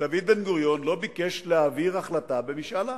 דוד בן-גוריון לא ביקש להעביר החלטה במשאל עם.